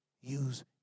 use